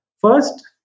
First